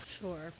Sure